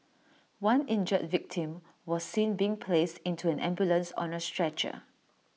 one injured victim was seen being placed into an ambulance on A stretcher